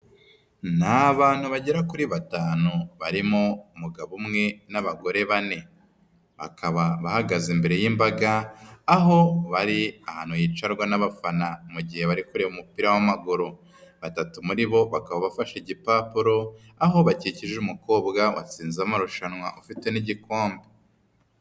Ni abantu bagera kuri batanu barimo umugabo umwe n'abagore bane, bakaba bahagaze imbere y'imbaga aho bari ahantu hicarwa n'abafana mu gihe bari kureba umupira w'amaguru. Batatu muri bo bakaba bafashe igipapuro, aho bakikije umukobwa watsinze amarushanwa ufite n'igikombe.